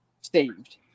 saved